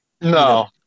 No